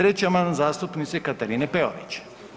3. amandman zastupnice Katarine Peović.